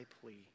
plea